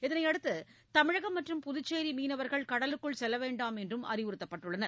இதனையடுத்து தமிழகம் மற்றும் புதுச்சேரி மீனவர்கள் கடலுக்குள் செல்ல வேண்டாம் என்று அறிவுறத்தப்பட்டுள்ளனர்